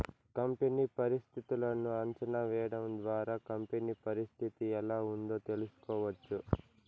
company పరిస్థితులను అంచనా వేయడం ద్వారా కంపెనీ పరిస్థితి ఎలా ఉందో తెలుసుకోవచ్చు